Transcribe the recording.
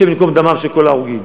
השם ייקום דמם של כל ההרוגים.